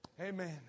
Amen